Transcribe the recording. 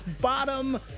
bottom